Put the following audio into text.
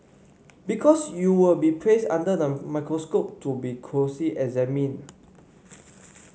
because you will be placed under the microscope to be closely examined